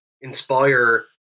inspire